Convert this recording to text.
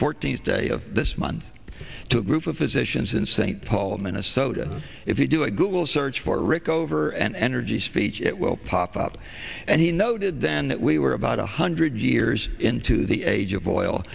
fourteenth day of this month to a group of physicians in st paul minnesota if you do a google search for rick over an energy speech it will pop up and he noted then that we were about one hundred years into the age of oil